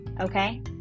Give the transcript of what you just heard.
okay